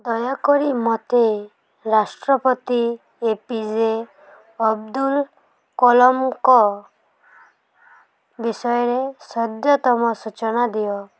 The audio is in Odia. ଦୟାକରି ମୋତେ ରାଷ୍ଟ୍ରପତି ଏପିଜେ ଅବଦୁଲ କଲାମଙ୍କ ବିଷୟରେ ସଦ୍ୟତମ ସୂଚନା ଦିଅ